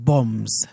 Bombs